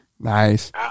Nice